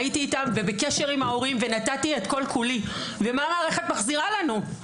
שמרתי על קשר עם ההורים, ומה המערכת מחזירה לנו?